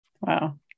Wow